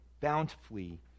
bountifully